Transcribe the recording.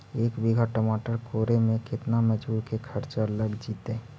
एक बिघा टमाटर कोड़े मे केतना मजुर के खर्चा लग जितै?